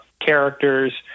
characters